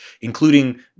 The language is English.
including